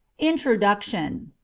introduction.